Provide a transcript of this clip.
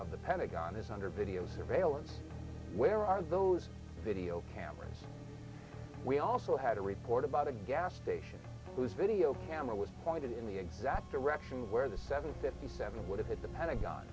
of the pentagon is under video surveillance where are those video cameras we also had a report about a gas station whose video camera was pointed in the exact direction where the seven fifty seven would have hit the pentagon